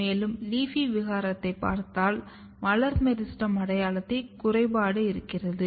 மேலும் LEAFY விகாரத்தைப் பார்த்தால் மலர் மெரிஸ்டெம் அடையாளத்தில் குறைபாடு இருக்கிறது